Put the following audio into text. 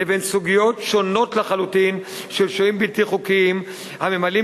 לבין סוגיות שונות לחלוטין של שוהים בלתי חוקיים הממלאים